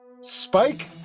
Spike